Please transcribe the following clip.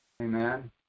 Amen